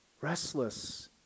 restless